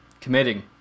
Committing